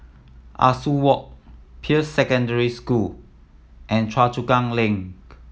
Ah Soo Walk Peirce Secondary School and Choa Chu Kang Link